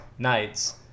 Nights